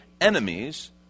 enemies